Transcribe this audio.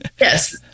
Yes